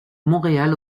montréal